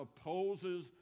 opposes